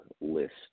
list